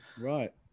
Right